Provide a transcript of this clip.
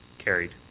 carried.